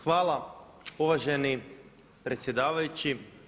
Hvala uvaženi predsjedavajući.